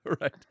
Right